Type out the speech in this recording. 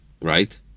right